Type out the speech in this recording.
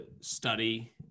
study